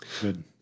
Good